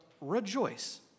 rejoice